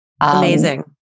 Amazing